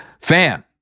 fam